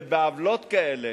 ובעוולות כאלה